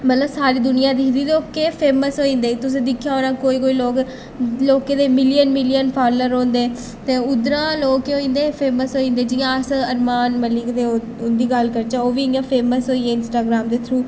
मतलब सारी दुनिया दिखदी ते ओह् केह् फेमस होई जंदे तुसें दिक्खेआ होना कोई कोई लोग लोकें दे मिलियन मिलियन फालोअर होंदे ते उद्धरा लोक केह् होई जंदे फेमस होई जंदे जि'यां अस अरमान मलिक दे उं'दी गल्ल करचै ओह् बी इ'यां फेमस होई गे इंस्टाग्राम दे थ्रू